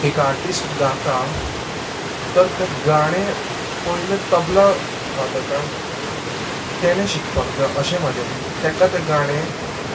एक आर्टिस्ट गाता तर ते गाणें पयले तबला वादकान तेणें शिकपाक जाय अशें म्हाजें म्हण्णें तेका तें गाणें